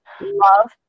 love